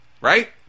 right